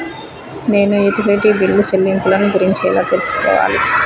నేను utility bill చెల్లింపులను గురించి ఎలా తెలుసుకోవాలి?